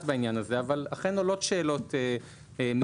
בעניין הזה אבל אכן עולות שאלות משפטיות